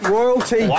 Royalty